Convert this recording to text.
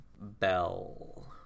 Bell